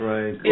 Right